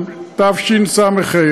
תשס"ה,